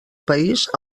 país